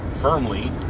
firmly